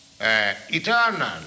eternal